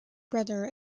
brother